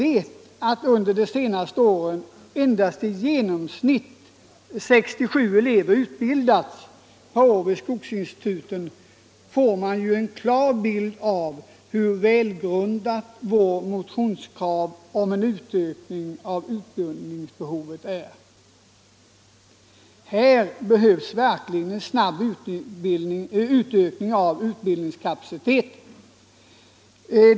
Eftersom under de senaste åren i genomsnitt endast 67 elever per år har utbildats vid skogsinstituten framgår det klart hur välgrundat vårt krav om utökning av utbildningen är. Här behövs verkligen en snabb ökning av utbildningskapaciteten.